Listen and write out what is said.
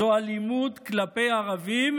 זו אלימות כלפי ערבים,